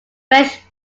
fresh